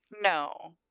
No